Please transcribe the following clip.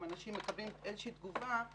אם אנשים מקבלים איזושהי תגובה,